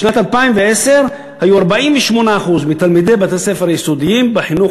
בשנת 2010 היו 48% מתלמידי בתי-הספר היסודיים בחינוך